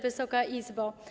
Wysoka Izbo!